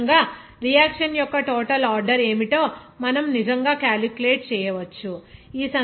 కాబట్టి ఈ విధంగా రియాక్షన్ యొక్క టోటల్ ఆర్డర్ ఏమిటో మనం నిజంగా క్యాలిక్యులేట్ చేయవచ్చు